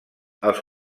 els